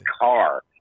car